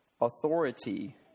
Authority